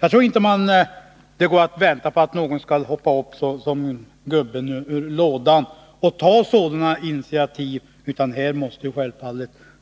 Jag tror inte att man kan vänta på att någon skall hoppa upp som gubben ur lådan och ta sådana initiativ, utan det måste